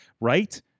right